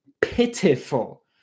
pitiful